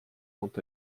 quant